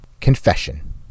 Confession